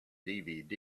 dvd